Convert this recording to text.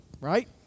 right